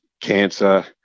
cancer